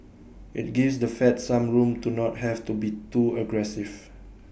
IT gives the fed some room to not have to be too aggressive